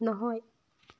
নহয়